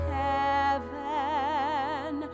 heaven